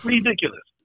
Ridiculous